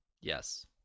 Yes